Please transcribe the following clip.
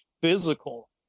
physical